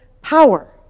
power